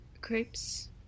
crepes